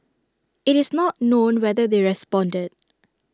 IT is not known whether they responded